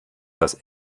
das